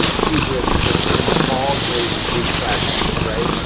you know hubris is the theme of all great greek tragedies, right?